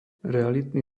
realitný